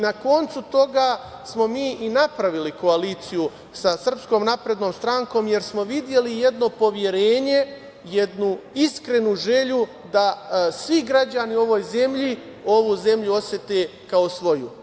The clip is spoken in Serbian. Na kraju toga smo i napravili koaliciju sa SNS, jer smo videli jedno poverenje, jednu iskrenu želju da svi građani u ovoj zemlji osete ovu zemlju osete kao svoju.